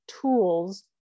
tools